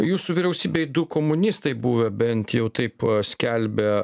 jūsų vyriausybėj du komunistai buvę bent jau taip skelbia